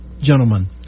gentlemen